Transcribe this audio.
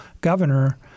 governor